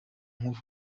nkuru